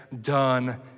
done